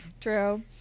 True